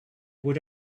would